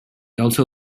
also